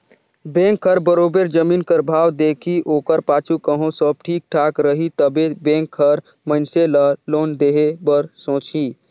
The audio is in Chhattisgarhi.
बेंक हर बरोबेर जमीन कर भाव देखही ओकर पाछू कहों सब ठीक ठाक रही तबे बेंक हर मइनसे ल लोन देहे बर सोंचही